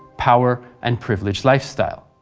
power, and privileged lifestyle.